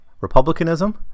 republicanism